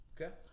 Okay